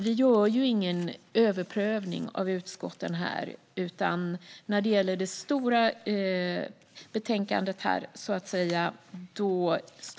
Vi gör dock ingen överprövning av utskotten, utan vi står bakom det stora betänkandet.